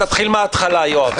תתחיל מהתחלה, יואב.